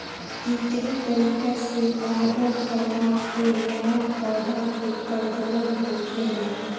कित्रिम तरीका से परागण करवा के नया पौधा के प्रजनन होखेला